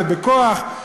ובכוח,